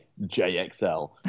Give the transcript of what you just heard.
JXL